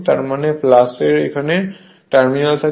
তার মানে এর এখানে টার্মিনাল থাকে